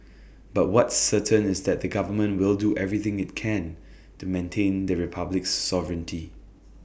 but what's certain is that the government will do everything IT can to maintain the republic's sovereignty